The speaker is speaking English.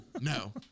no